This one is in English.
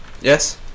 Yes